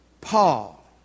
Paul